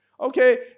Okay